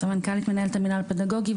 אני סמנכ"לית ומנהלת המינהל הפדגוגי,